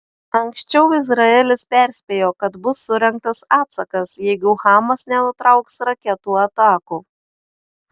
anksčiau izraelis perspėjo kad bus surengtas atsakas jeigu hamas nenutrauks raketų atakų